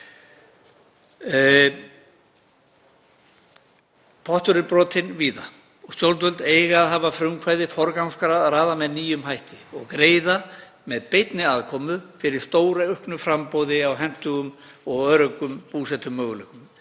Pottur er brotinn víða og stjórnvöld eiga að hafa frumkvæði, forgangsraða með nýjum hætti og greiða með beinni aðkomu fyrir stórauknu framboði á hentugum og öruggum búsetumöguleikum.